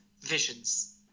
visions